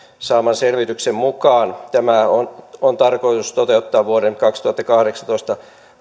saaman selvityksen mukaan tämä on on tarkoitus toteuttaa vuoden kaksituhattakahdeksantoista